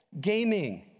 Gaming